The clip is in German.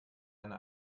eine